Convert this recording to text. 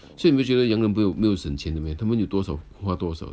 so 你没有觉得洋人没有没有省钱的 meh 他们有多少花多少